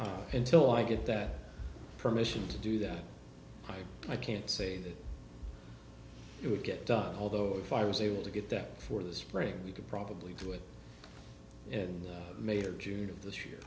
way until i get that permission to do that i can't say that it would get done although if i was able to get that for the spring we could probably do it in may or june of this year